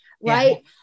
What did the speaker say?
right